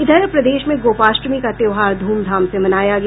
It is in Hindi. इधर प्रदेश में गोपाष्टमी का त्योहार धूमधाम से मनाया गया